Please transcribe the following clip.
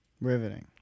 Riveting